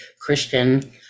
Christian